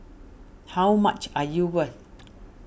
how much are you worth